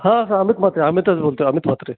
हां हां अमित म्हात्रे अमितच बोलतो आहे अमित म्हात्रे